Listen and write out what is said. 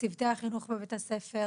צוותי החינוך בבית-הספר.